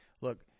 look